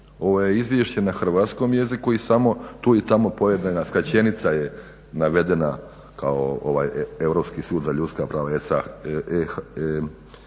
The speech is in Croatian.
Ovo je izvješće na hrvatskom jeziku i samo tu i tamo po jedna skraćenica je navedena kao ovaj Europski sud za ljudska prava